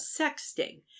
sexting